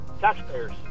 Taxpayers